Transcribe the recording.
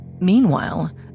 meanwhile